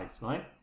right